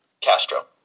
Castro